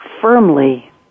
firmly